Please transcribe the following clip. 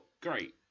great